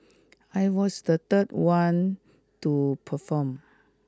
I was the third one to perform